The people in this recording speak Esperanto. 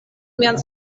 mian